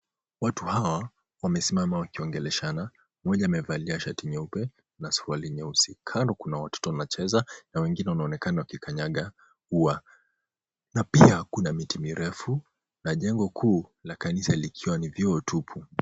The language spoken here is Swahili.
Watu hawa wamesimama wakiongeleshana. Mmoja amevalia shati nyeupe na suruali nyeusi. Kando kuna watoto wanacheza na wengine wanaonekana wakikanyaga ua na pia kuna miti mirefu na jengo kuu la kanisa likiwa ni vioo tupu.